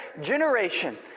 generation